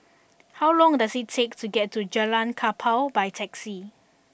how long does it take to get to Jalan Kapal by taxi